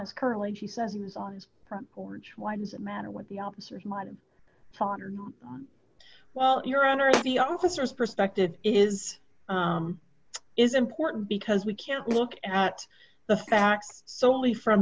says he was on his front porch why does it matter what the officers might have fought well your honor the officers perspective is is important because we can't look at the facts solely from